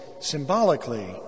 symbolically